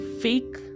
fake